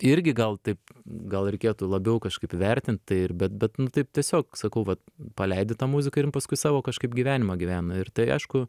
irgi gal taip gal reikėtų labiau kažkaip vertint tai ir bet bet taip tiesiog sakau vat paleidi tą muziką ir jin paskui savo kažkaip gyvenimą gyvena ir tai aišku